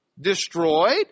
Destroyed